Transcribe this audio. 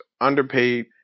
underpaid